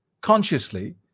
consciously